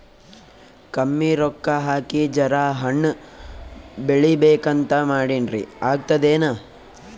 ಕಮ್ಮಿ ರೊಕ್ಕ ಹಾಕಿ ಜರಾ ಹಣ್ ಬೆಳಿಬೇಕಂತ ಮಾಡಿನ್ರಿ, ಆಗ್ತದೇನ?